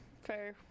fair